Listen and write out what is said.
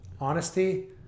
Honesty